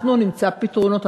אנחנו נמצא פתרונות.